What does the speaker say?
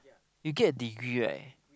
you get a degree right